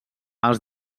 els